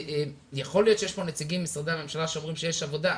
יכול להיות שיש פה נציגים ממשרדי הממשלה שאומרים שיש עבודה,